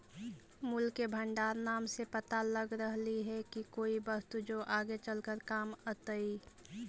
मूल्य के भंडार नाम से पता लग रहलई हे की कोई वस्तु जो आगे चलकर काम अतई